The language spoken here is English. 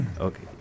Okay